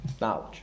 Knowledge